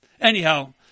anyhow